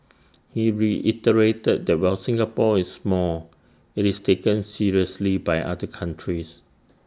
he reiterated that while Singapore is small IT is taken seriously by other countries